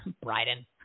Bryden